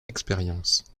expérience